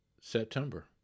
September